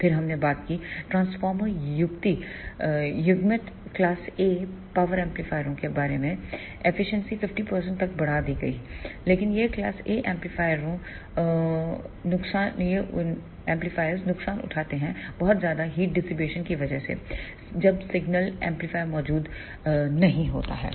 फिर हमने बात की ट्रांसफार्मर युग्मित क्लास A पावर एम्पलीफायरों के बारे में दक्षता 50 तक बढ़ा दी गई है लेकिन ये क्लास A एम्पलीफायरों नुकसान उठाते हैं बहुत ज्यादा हीट डिसिपेशन की वजह से जब सिग्नल एम्पलीफायर मौजूद नहीं होता है